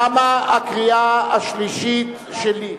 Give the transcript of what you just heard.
תמה הקריאה השלישית שלי,